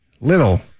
Little